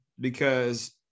because-